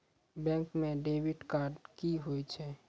Bank म debit card की होय छै?